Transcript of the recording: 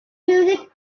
music